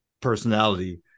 personality